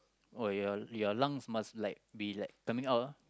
oh your your lungs must like be like coming out ah